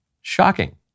Shocking